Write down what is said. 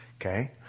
okay